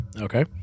okay